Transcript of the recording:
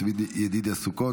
צבי ידידיה סוכות,